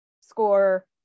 score